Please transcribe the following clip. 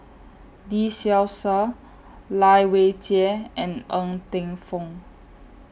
Lee Seow Ser Lai Weijie and Ng Teng Fong